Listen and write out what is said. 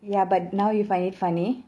ya but now you find it funny